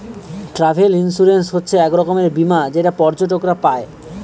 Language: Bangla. ট্রাভেল ইন্সুরেন্স হচ্ছে এক রকমের বীমা যেটা পর্যটকরা পাই